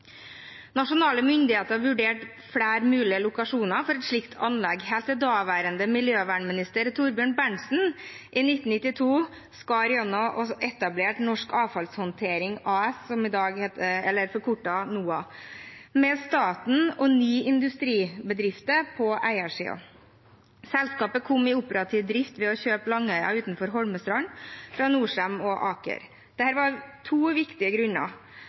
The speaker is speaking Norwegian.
Nasjonale myndigheter vurderte flere mulige lokasjoner for et slikt anlegg, helt til daværende miljøvernminister Thorbjørn Berntsen i 1992 skar igjennom og etablerte Norsk Avfallshåndtering AS, NOAH, med staten og ni industribedrifter på eiersiden. Selskapet kom i operativ drift ved å kjøpe Langøya utenfor Holmestrand fra Norcem/Aker. Dette var viktig av to grunner. For det første var